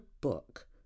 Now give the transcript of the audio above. book